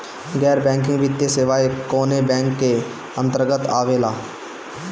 गैर बैंकिंग वित्तीय सेवाएं कोने बैंक के अन्तरगत आवेअला?